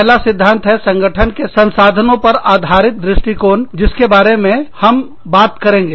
पहला पहला सिद्धांत है कि हम संगठन के संसाधनों पर आधारित दृष्टिकोण के बारे में बात करेंगे